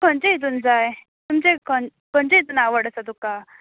खंयचे हितून जाय तुमचे खंयचे खंयचे हितून आवड आसा तुका